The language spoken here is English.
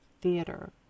theater